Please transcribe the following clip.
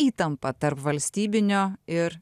įtampa tarp valstybinio ir